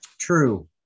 True